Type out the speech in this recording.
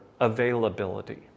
availability